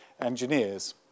engineers